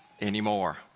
anymore